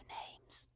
names